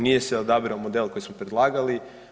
Nije se odabrao model koji smo predlagali.